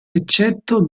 eccetto